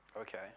Okay